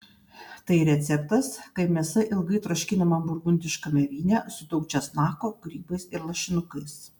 tai receptas kai mėsa ilgai troškinama burgundiškame vyne su daug česnako grybais ir lašinukais